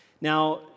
Now